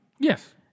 Yes